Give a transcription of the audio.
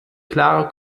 klare